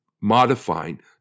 modifying